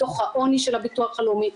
דו"ח העוני של הביטוח הלאומי,